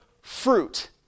fruit